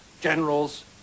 generals